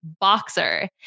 boxer